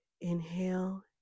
inhale